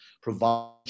provide